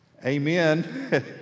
amen